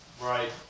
Right